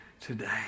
today